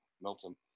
Milton